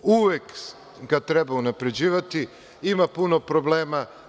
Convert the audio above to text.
Uvek kad treba unapređivati, ima puno problema.